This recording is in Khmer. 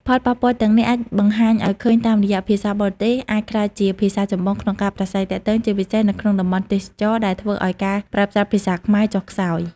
ផលប៉ះពាល់ទាំងនេះអាចបង្ហាញឲ្យឃើញតាមរយៈ ភាសាបរទេស អាចក្លាយជាភាសាចម្បងក្នុងការប្រាស្រ័យទាក់ទង ជាពិសេសនៅក្នុងតំបន់ទេសចរណ៍ ដែលធ្វើឲ្យការប្រើប្រាស់ភាសាខ្មែរចុះខ្សោយ។